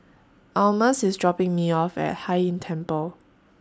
Almus IS dropping Me off At Hai Inn Temple